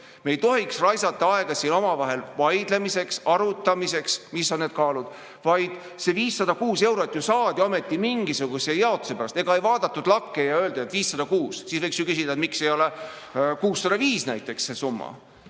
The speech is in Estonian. Me ei tohiks raisata aega siin omavahel vaidlemisele ja arutamisele, mis on need kaalud. See 506 eurot saadi ometi mingisuguse jaotuse tõttu. Ega ei vaadatud lakke ja ei öeldud, et 506. Siis võiks ju küsida, miks ei ole näiteks 605 see summa.